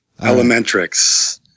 Elementrix